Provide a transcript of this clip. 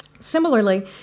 Similarly